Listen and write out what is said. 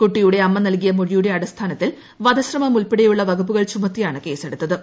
കുട്ടിയുടെ അമ്മ നൽകിയ മൊഴിയുടെ അടിസ്ഥാനത്തിൽ വധശ്രമം ഉൾപ്പെടെയുള്ള വകുപ്പുകൾ ചുമത്തിയാണ് കേസെടുത്തത്